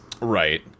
Right